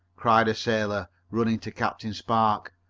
cried a sailor, running to captain spark.